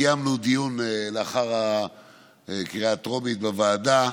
קיימנו דיון לאחר הקריאה הטרומית בוועדה,